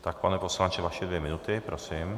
Tak pane poslanče, vaše dvě minuty, prosím.